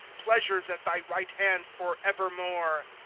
pleasures at thy right hand, for evermore!